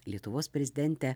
lietuvos prezidentę